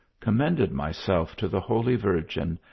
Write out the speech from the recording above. commended my self to the holy virgin,